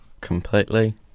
completely